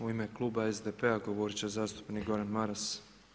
U ime klub SDP-a govorit će zastupnik Gordan Maras.